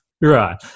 Right